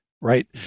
right